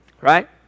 Right